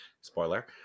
spoiler